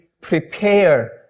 prepare